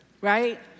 right